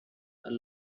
are